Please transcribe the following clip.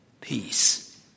Peace